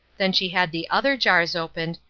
then she had the other jars opened,